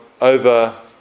over